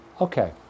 Okay